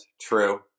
True